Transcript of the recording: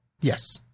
Yes